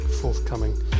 forthcoming